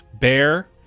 Bear